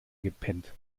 gepennt